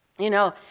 you know,